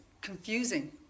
confusing